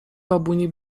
babuni